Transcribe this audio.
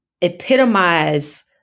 epitomize